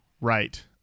right